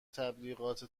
تبلیغات